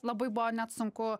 labai buvo net sunku